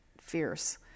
fierce